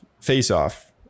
face-off